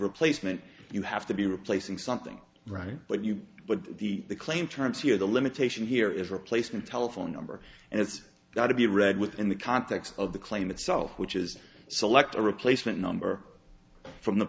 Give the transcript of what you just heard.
replacement you have to be replacing something right but you but the claim terms here the limitation here is replacement telephone number and it's got to be read within the context of the claim itself which is select a replacement number from the